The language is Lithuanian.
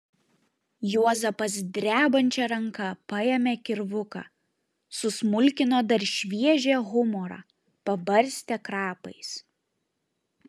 juozapas drebančia ranka paėmė kirvuką susmulkino dar šviežią humorą pabarstė krapais